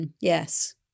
yes